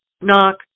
knock